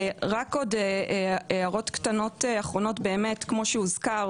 עוד הערות קטנות כמו שהוזכר,